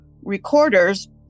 recorders